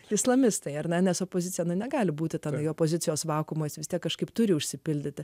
islamistai ar nes opozicija negali būti tarp opozicijos vakuumas vis tiek kažkaip turi užsipildyti